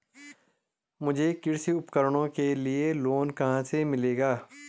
मुझे कृषि उपकरणों के लिए लोन कहाँ से मिलेगा?